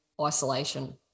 isolation